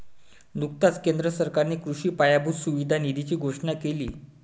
नुकताच केंद्र सरकारने कृषी पायाभूत सुविधा निधीची घोषणा केली